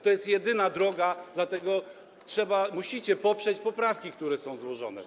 To jest jedyna droga, dlatego musicie poprzeć poprawki, które są złożone.